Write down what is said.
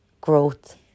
growth